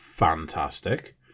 Fantastic